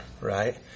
Right